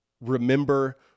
Remember